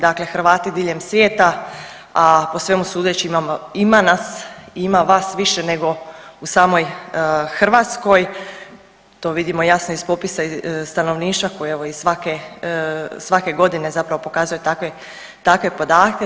Dakle, Hrvati diljem svijeta, a po svemu sudeći imamo, ima nas, ima vas više nego u samoj Hrvatskoj to vidimo jasno iz popisa stanovništva koji je evo iz svake, svake godine zapravo pokazuje takve podatke.